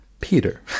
Peter